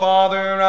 Father